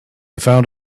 found